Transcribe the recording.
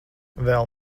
vēl